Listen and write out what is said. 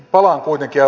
palaan kuitenkin